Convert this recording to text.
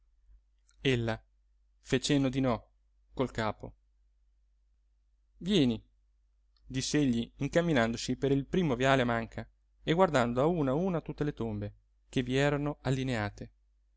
ella fe cenno di no col capo vieni diss'egli incamminandosi per il primo viale a manca e guardando a una a una tutte le tombe che vi erano allineate